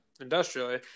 industrially